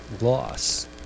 loss